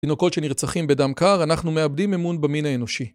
תינוקות שנרצחים בדם קר, אנחנו מאבדים אמון במין האנושי.